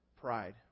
pride